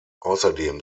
außerdem